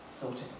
Sorted